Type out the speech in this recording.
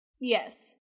Yes